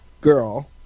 girl